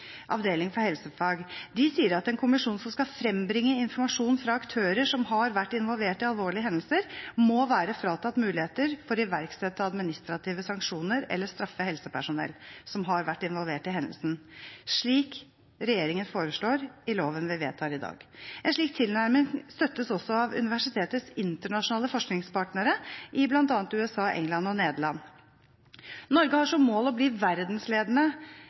avdeling for helsefag. De sier at en kommisjon som skal frembringe informasjon fra aktører som har vært involvert i alvorlige hendelser, må være fratatt muligheter for å iverksette administrative sanksjoner eller straffe helsepersonell som har vært involvert i hendelsen, slik regjeringen foreslår i loven vi vedtar i dag. En slik tilnærming støttes også av universitetets internasjonale forskningspartnere i bl.a. USA, England og Nederland. Norge har som mål å bli verdensledende